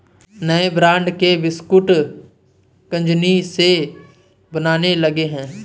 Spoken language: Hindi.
नए ब्रांड के बिस्कुट कंगनी से बनने लगे हैं